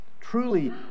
Truly